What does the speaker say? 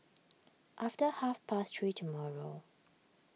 after half past three tomorrow